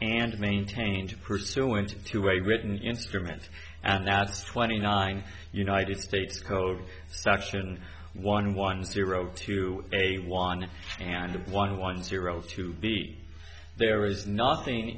and maintained pursuant to a written instrument and nab twenty nine united states code section one one zero to a one and a one one zero to be there is not